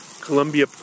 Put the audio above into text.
Columbia